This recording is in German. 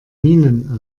minen